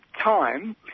time